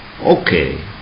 okay